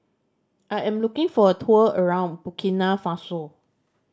I am looking for a tour around Burkina Faso